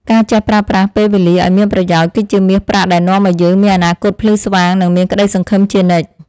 ការចេះប្រើប្រាស់ពេលវេលាឱ្យមានប្រយោជន៍ គឺជាមាសប្រាក់ដែលនាំឱ្យយើងមានអនាគតភ្លឺស្វាង និងមានក្តីសង្ឃឹមជានិច្ច។